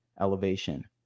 elevation